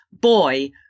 boy